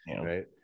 Right